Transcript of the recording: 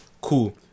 Cool